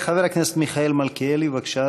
חבר הכנסת מיכאל מלכיאלי, בבקשה,